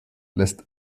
lässt